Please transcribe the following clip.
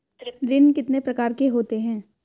ऋण कितने प्रकार के होते हैं?